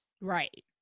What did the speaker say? Right